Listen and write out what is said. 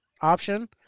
option